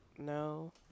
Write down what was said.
no